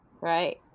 Right